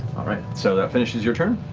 right. so that finishes your turn?